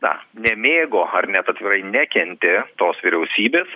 na nemėgo ar net atvirai nekentė tos vyriausybės